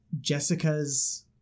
Jessica's